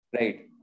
Right